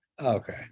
Okay